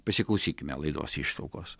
pasiklausykime laidos ištraukos